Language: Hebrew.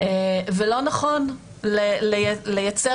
למה הלכנו